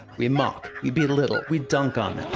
we mock. we belittle. we dunk on